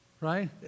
Right